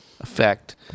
effect